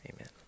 Amen